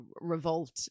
revolt